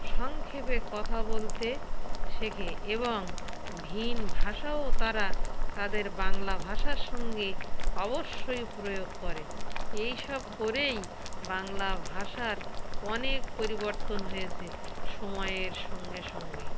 সংক্ষেপে কথা বলতে শেখে এবং ভিন ভাষাও তারা তাদের বাংলা ভাষার সঙ্গে অবশ্যই প্রয়োগ করে এই সব করেই বাংলা ভাষার অনেক পরিবর্তন হয়েছে সময়ের সঙ্গে সঙ্গে